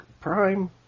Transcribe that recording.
Prime